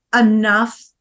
enough